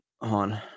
On